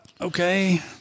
Okay